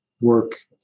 work